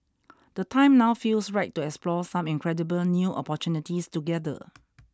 the time now feels right to explore some incredible new opportunities together